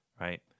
right